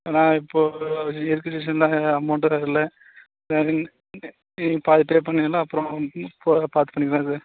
நான் இப்போ இருக்கிற சிச்சுவேஷனில் அமௌண்ட் வேறு இல்லை வேறு நீங்கள் நீங்கள் பாதி பே பண்ணிங்கன்னா அப்புறம் அப்போ பார்த்து பண்ணிக்கலாம் சார்